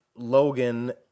Logan